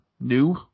new